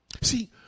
See